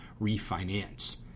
refinance